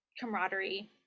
camaraderie